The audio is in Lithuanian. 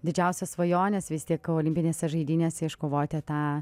didžiausios svajonės vis tik olimpinėse žaidynėse iškovoti tą